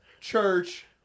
church